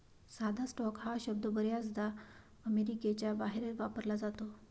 साधा स्टॉक हा शब्द बर्याचदा अमेरिकेच्या बाहेर वापरला जातो